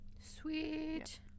Sweet